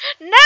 No